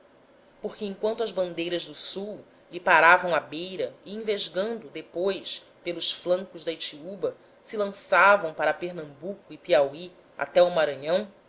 porque enquanto as bandeiras do sul lhe paravam à beira e envesgando depois pelos flancos da itiúba se lançavam para pernambuco e piauí até ao maranhão